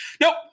nope